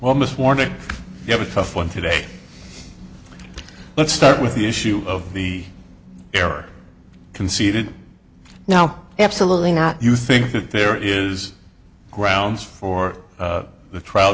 miss warning you have a tough one today let's start with the issue of the error conceded now absolutely not you think that there is grounds for the trial